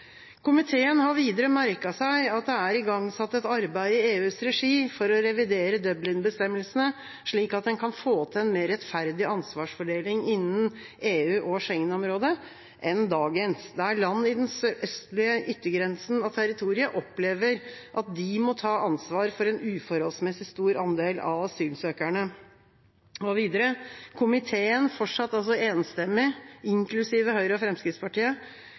har videre merket seg at det er igangsatt et arbeid i EUs regi, for å revidere Dublin-bestemmelsene, slik at en kan få en mer rettferdig ansvarsfordeling innen EU- og Schengen-området enn dagens, der land i den sørøstlige yttergrensen av territoriet opplever at de må ta ansvar for en uforholdsmessig stor andel av asylsøkerne.» Videre sier komiteen, fortsatt enstemmig, inklusiv Høyre og Fremskrittspartiet: